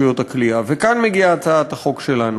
כאן מגיעה הצעת החוק שלנו.